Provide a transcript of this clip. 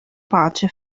pace